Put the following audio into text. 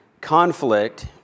conflict